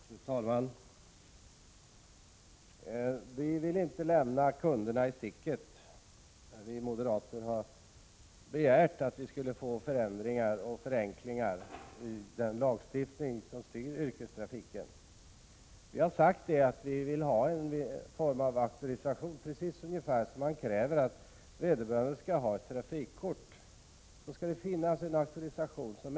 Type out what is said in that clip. Fru talman! Vi vill inte lämna kunderna i sticket. Vi moderater har begärt förändringar och förenklingar i den lagstiftning som styr yrkestrafiken. Vi vill ha en form av auktorisation, precis som man kräver att den som är verksam inom denna näring skall ha ett trafikkort.